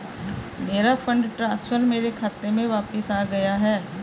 मेरा fund transfer मेरे खाते में वापस आ गया है